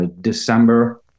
December